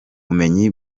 bumenyi